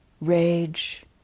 rage